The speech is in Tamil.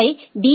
I P